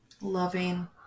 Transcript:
loving